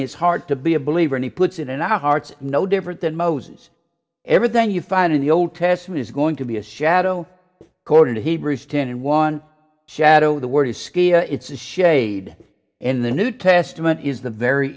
his heart to be a believer and he puts it in our hearts no different than moses everything you find in the old testament is going to be a shadow according to hebrews ten and one shadow the word ischia it's the shade in the new testament is the very